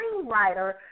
screenwriter